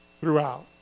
throughout